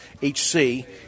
HC